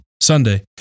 Sunday